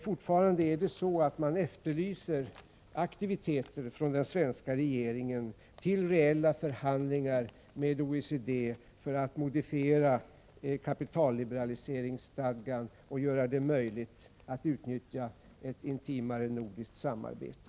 Fortfarande är det så att man efterlyser aktivitet från den svenska regeringen i fråga om reella förhandlingar med OECD för att modifiera kapitalliberaliseringsstadgan och göra det möjligt att utnyttja fördelarna av ett intimare nordiskt samarbete.